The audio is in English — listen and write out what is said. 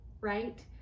right